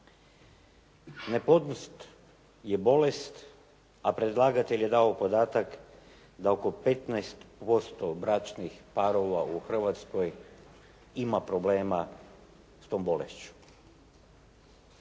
Neplodnost je bolest, a predlagatelj je dao podatak da oko 15% bračnih parova u Hrvatskoj ima problema s tom bolešću.